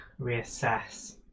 reassess